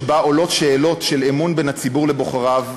שבה עולות שאלות של אמון בין הציבור לנבחריו,